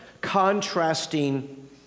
contrasting